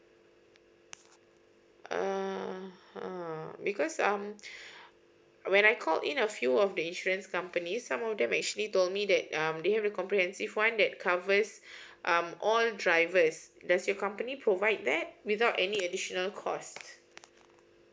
uh uh because I'm when I called in a few of the insurance companies some of them actually told me that um they have a comprehensive one that covers um all the drivers does your company provide that without any additional cost